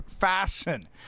fashion